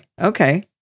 okay